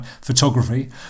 photography